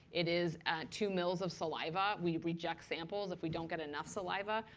it is two mills of saliva. we reject samples if we don't get enough saliva.